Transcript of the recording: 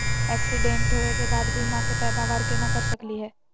Accident होवे के बाद बीमा के पैदावार केना कर सकली हे?